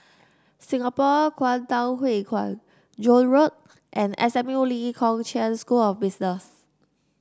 Singapore Kwangtung Hui Kuan Joan Road and S M U Lee Kong Chian School of Business